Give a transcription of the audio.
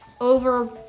over